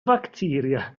facteria